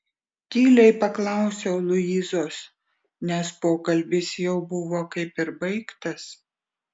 tyliai paklausiau luizos nes pokalbis jau buvo kaip ir baigtas